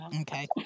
Okay